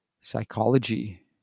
psychology